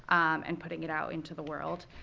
and putting it out into the world.